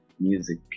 music